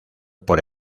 por